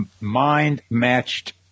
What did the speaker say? mind-matched